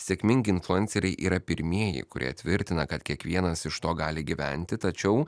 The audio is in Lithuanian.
sėkmingi influenceriai yra pirmieji kurie tvirtina kad kiekvienas iš to gali gyventi tačiau